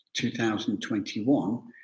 2021